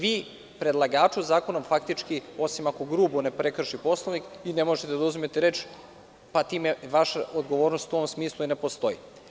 Vi predlagaču zakonom faktički, osim ako grubo ne prekrši Poslovnik, ne možete da oduzmete reč, pa time vaša odgovornost u tom smislu ne postoji.